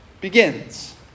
begins